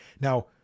Now